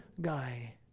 guy